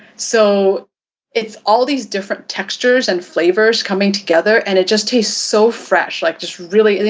so it's all these different textures and flavors coming together and it just tastes so fresh like just really you